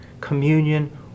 communion